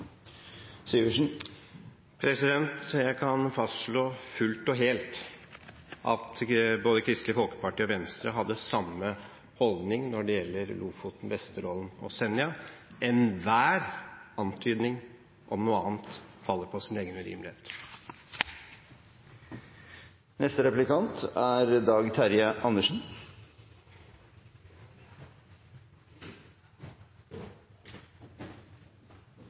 Jeg kan fastslå fullt og helt at både Kristelig Folkeparti og Venstre hadde samme holdning når det gjelder Lofoten, Vesterålen og Senja. Enhver antydning om noe annet faller på sin egen urimelighet. Det er